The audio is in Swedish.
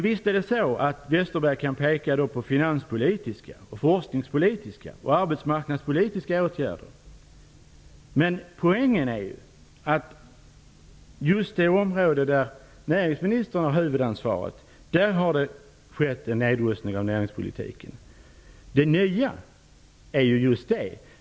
Visst kan Per Westerberg peka på finanspolitiska, forskningspolitiska och arbetsmarknadspolitiska åtgärder, men poängen är ju att det har skett en nedrustning av näringspolitiken på det område som näringsministern har huvudansvaret för. Det är just detta som är det nya.